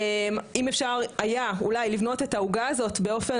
אם אפשר היה אולי לבנות את העוגה הזאת באופן